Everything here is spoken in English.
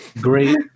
great